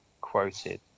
quoted